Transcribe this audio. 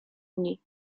dni